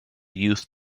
youth